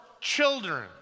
children